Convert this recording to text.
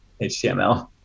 HTML